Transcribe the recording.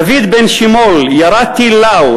דוד בן-שימול ירה טיל "לאו",